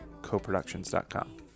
coproductions.com